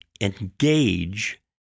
engage